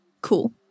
cool